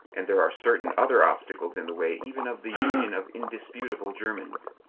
and there are certain other obstacles in the way even of the union of indisputable germans.